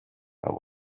and